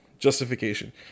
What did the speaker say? justification